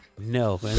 No